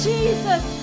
Jesus